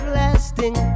lasting